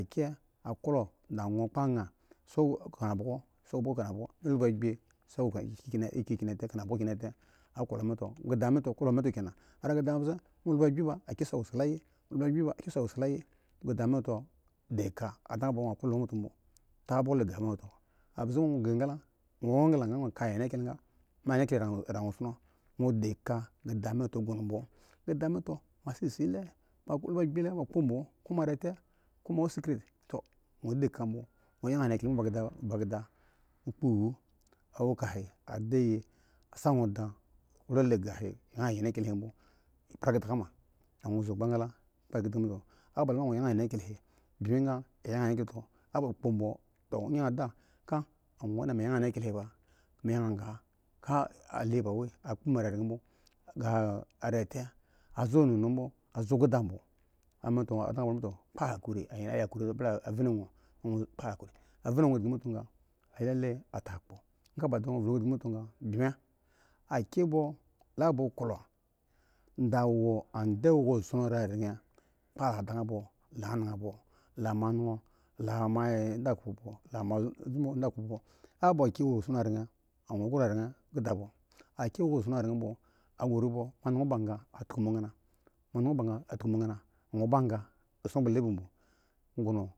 Aki akuro wo kpa yang so wa kana buga mi lab agbi mi so kana bugo keda m he to aklo keda mbze ankye so saye lab agbi ba akye so wo sayi keda me to anda bo mi anya klo mi to bo a bze wo ga engla nwo anyenkyle ran anyenkyla wo di ka boo keda mi he to nwo di ka bo keda me sibi lub agbi mo kpo bo ko mi rite ko mo secret gan anyenkyle ba keda wo kpo lulo ke he anda i y sawo ada lo lega he anyen anyenkyle bo bra kidaga ma da nwo zo bgde a ba loomi yang angenkgile he bim yang anyenkyil to a kpo bo ka awo mi da mi yang anyenkgila ka hali ba wai a kpo raren bo arite a zo keda ba zo nano ba anda ble a va nwo mi da ba hakori klo akyen bo da kpo halan raen kpa anda ba la anan ba klo akye ba tiku mo nang enang bo.